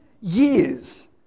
years